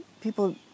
people